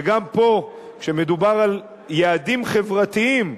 וגם פה, כשמדובר על יעדים חברתיים,